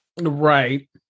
Right